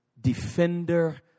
Defender